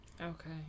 okay